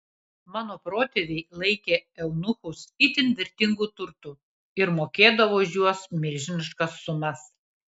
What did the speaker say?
mano protėviai laikė eunuchus itin vertingu turtu ir mokėdavo už juos milžiniškas sumas